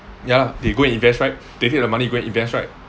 ya they go and invest right they take the money go and invest right